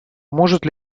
может